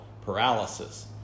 paralysis